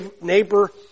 neighbor